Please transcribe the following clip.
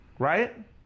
Right